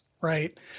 right